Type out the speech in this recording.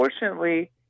unfortunately